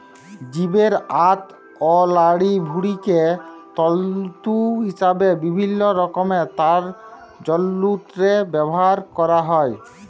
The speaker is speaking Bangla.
জীবের আঁত অ লাড়িভুঁড়িকে তল্তু হিসাবে বিভিল্ল্য রকমের তার যল্তরে ব্যাভার ক্যরা হ্যয়